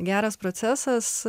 geras procesas